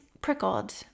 prickled